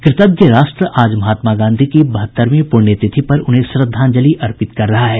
कृतज्ञ राष्ट्र आज महात्मा गांधी की बहत्तरवीं पूण्यतिथि पर उन्हें श्रद्धांजलि अर्पित कर रहा है